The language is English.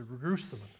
Jerusalem